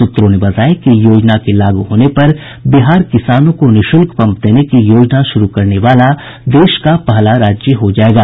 सूत्रों ने बताया कि योजना के लागू होने पर बिहार किसानों को निःशुल्क पम्प देने की योजना शुरू करने वाला देश का पहला राज्य हो जायेगा